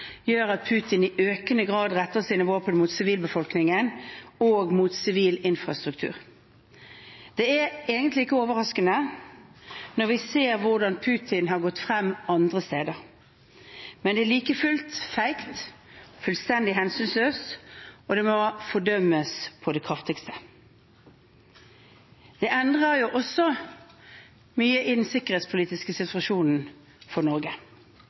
gjør at Putin i økende grad retter sine våpen mot sivilbefolkningen og sivil infrastruktur. Det er egentlig ikke overraskende når vi ser hvordan Putin har gått frem andre steder, men det er likefullt feigt og fullstendig hensynsløst, og det må fordømmes på det kraftigste. Det endrer også mye i den sikkerhetspolitiske situasjonen for Norge.